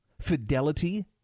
Fidelity